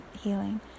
healing